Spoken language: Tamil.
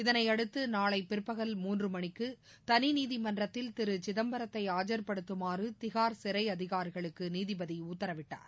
இதனையடுத்து நாளை பிற்பகல் மூன்று மணிக்கு தனி நீதிமன்றத்தில் திரு சிதம்பரத்தை ஆஜர்படுத்துமாறு திகார் சிறை அதிகாரிகளுக்கு நீதிபதி உத்தரவிட்டார்